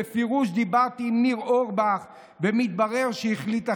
בפירוש דיברתי עם ניר אורבך, ומתברר שהחליט אחרת.